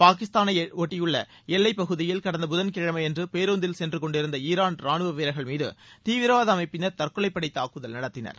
பாகிஸ்தானையொட்டி உள்ள எல்லைப்பகுதியில் கடந்த புதன்கிழமையன்று பேருந்தில் சென்று கொண்டிருந்த ஈரான் ரானுவ வீரர்கள்மீது தீவிரவாத அமைப்பினர் தற்கொலைப் படை தாக்குதல் நடத்தினர்